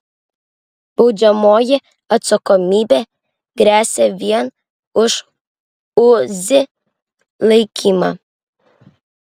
baudžiamoji atsakomybė gresia vien už uzi laikymą